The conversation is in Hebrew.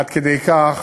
עד כדי כך